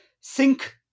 sink